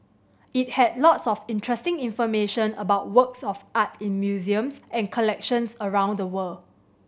it had lots of interesting information about works of art in museums and collections around the world